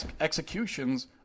executions